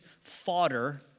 fodder